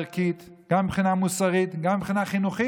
לכן, מלכתחילה הוא היה צריך לדעת שממשלה